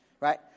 right